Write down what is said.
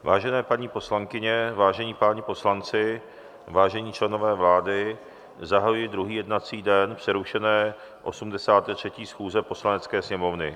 Vážené paní poslankyně, vážení páni poslanci, vážení členové vlády, zahajuji druhý jednací den přerušené 83. schůze Poslanecké sněmovny.